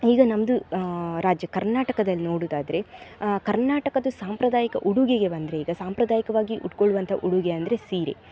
ಈಗ ನಮ್ಮದು ರಾಜ್ಯ ಕರ್ನಾಟಕದಲ್ಲಿ ನೋಡೋದಾದ್ರೆ ಕರ್ನಾಟಕದ ಸಾಂಪ್ರದಾಯಿಕ ಉಡುಗೆಗೆ ಬಂದರೆ ಈಗ ಸಾಂಪ್ರದಾಯಿಕವಾಗಿ ಉಟ್ಕೊಳ್ಳುವಂಥ ಉಡುಗೆ ಅಂದರೆ ಸೀರೆ